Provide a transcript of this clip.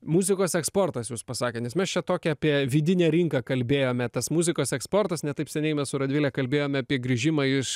muzikos eksportas jūs pasakė nes mes čia tokią apie vidinę rinką kalbėjome tas muzikos eksportas ne taip seniai mes su radvile kalbėjome apie grįžimą iš